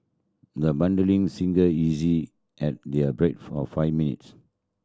the budding singer easy held their breath for five minutes